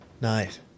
nice